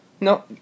No